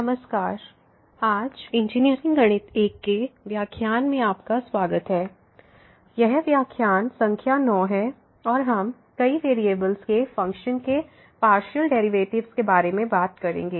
नमस्कार आज इंजीनियरिंग गणित I के व्याख्यान में आपका स्वागत है यह व्याख्यान संख्या 9 है और हम कई वेरिएबल्स के फ़ंक्शन के पार्शियल डेरिवेटिव्स के बारे में बात करेंगे